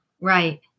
right